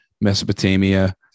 Mesopotamia